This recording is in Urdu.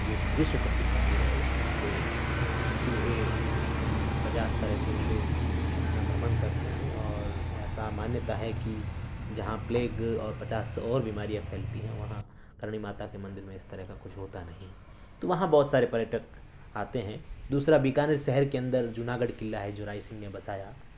جو وشو پرشدھ مندر ہے وہاں پہ چوہے پچاس طریقے سے اپنا بھرمڑ کرتے ہیں اور ایسا مانیتہ ہے کہ جہاں پلیگ اور پچاس اور بیماریاں پھیلتی ہیں وہاں کرنی ماتا کے مندر میں اس طرح کا کچھ ہوتا نہیں تو وہاں بہت سارے پریٹک آتے ہیں دوسرا بیکانیر شہر کے اندر جوناگڑھ قلعہ ہے جو رائے سنگھ نے بسایا